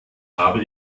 habe